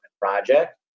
project